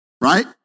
Right